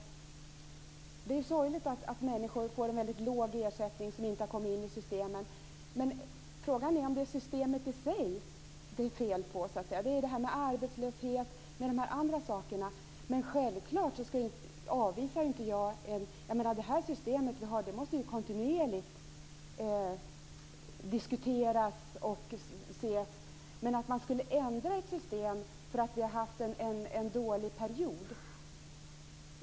Det är sorgligt att människor får en väldigt låg ersättning eftersom de inte har kommit in i systemen. Men frågan är om det är systemet självt det är fel på. Det beror på arbetslöshet och andra saker. Det system vi har måste kontinuerligt diskuteras och ses över. Men det innebär inte att man skulle ändra i ett system därför att vi haft en dålig period.